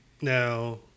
Now